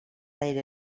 aire